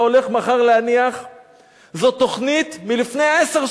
הולך מחר לשם זו תוכנית מלפני עשר שנים,